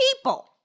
people